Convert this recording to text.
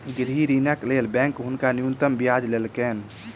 गृह ऋणक लेल बैंक हुनका न्यूनतम ब्याज लेलकैन